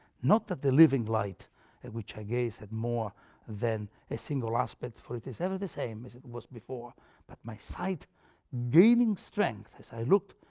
not that the living light at which i gazed had more than a single aspect for it is ever the same as it was before but that my sight gaining strength as i looked,